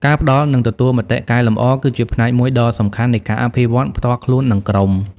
ការផ្តល់ និងទទួលមតិកែលម្អ គឺជាផ្នែកមួយដ៏សំខាន់នៃការអភិវឌ្ឍផ្ទាល់ខ្លួន និងក្រុម។